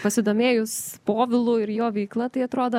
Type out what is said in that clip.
pasidomėjus povilu ir jo veikla tai atrodo